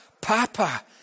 Papa